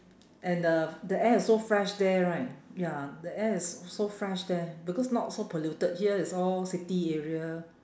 and the the air is so fresh there right ya the air is so fresh there because not so polluted here is all city area